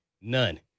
None